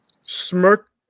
smirk